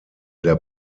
der